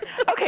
Okay